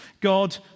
God